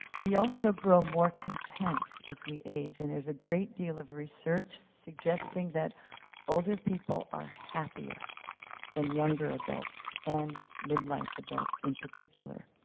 we also grow more content as we age, and there's a great deal of research suggesting that older people are happier than younger adults and midlife adults in particular.